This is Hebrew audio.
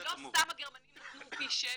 ולא סתם הגרמנים נתנו פי 7,